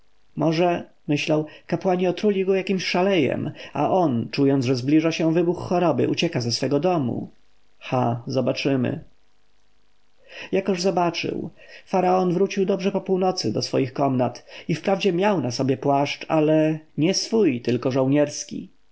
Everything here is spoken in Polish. może myślał kapłani otruli go jakim szalejem a on czując że zbliża się wybuch choroby ucieka ze swego domu ha zobaczymy jakoż zobaczył faraon wrócił dobrze po północy do swych komnat i wprawdzie miał na sobie płaszcz ale nie swój tylko żołnierski